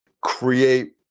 create